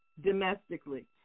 domestically